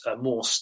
more